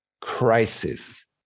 crisis